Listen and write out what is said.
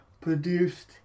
produced